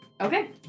Okay